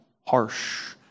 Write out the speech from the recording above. harsh